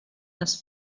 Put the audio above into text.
les